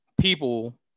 people